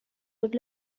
would